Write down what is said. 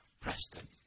Preston